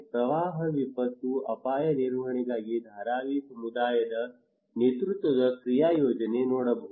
ಪ್ರವಾಹ ವಿಪತ್ತು ಅಪಾಯ ನಿರ್ವಹಣೆಗಾಗಿ ಧಾರಾವಿ ಸಮುದಾಯದ ನೇತೃತ್ವದ ಕ್ರಿಯಾ ಯೋಜನೆ ನೋಡಬಹುದು